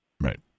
right